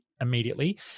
immediately